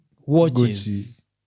watches